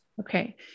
Okay